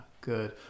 Good